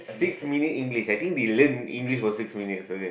six meaning English I think we learn English for six minutes okay